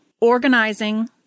organizing